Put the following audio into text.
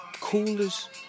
coolest